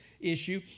issue